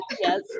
Yes